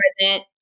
present